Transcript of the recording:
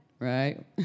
Right